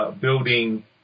building